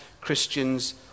Christians